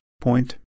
point